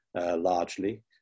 largely